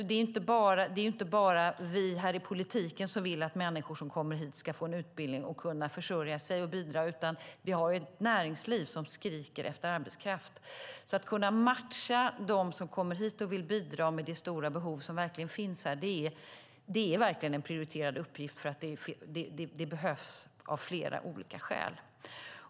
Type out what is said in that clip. Det är inte bara vi här i politiken som vill att människor som kommer hit ska få en utbildning och kunna försörja sig och bidra, utan vi har ju ett näringsliv som skriker efter arbetskraft. Att kunna matcha de som kommer hit och vill bidra med det stora behov som finns här är en prioriterad uppgift, för det behövs av flera olika skäl.